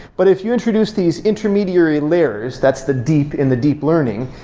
but if you introduce these intermediary layers, that's the deep in the deep learning,